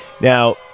Now